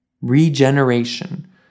Regeneration